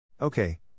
Okay